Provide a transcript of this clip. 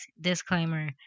disclaimer